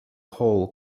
whole